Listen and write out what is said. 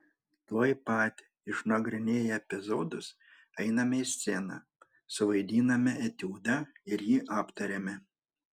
tuoj pat išnagrinėję epizodus einame į sceną suvaidiname etiudą ir jį aptariame